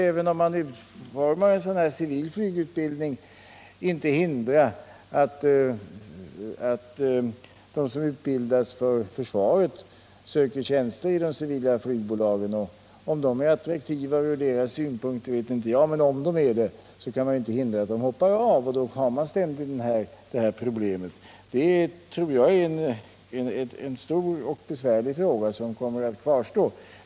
Även om det finns en civil flygutbildning kan man inte hindra att de som utbildas för försvaret söker tjänster inom de civila flygbolagen. Jag vet inte om dessa tjänster är särskilt attraktiva, men i så fall kan man inte hindra de militära piloterna att ”hoppa av”, och då har man problemet. Detta är en stor och besvärlig fråga som kommer att kvarstå.